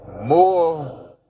more